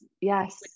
yes